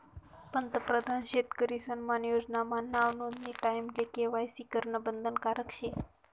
पंतप्रधान शेतकरी सन्मान योजना मा नाव नोंदानी टाईमले के.वाय.सी करनं बंधनकारक शे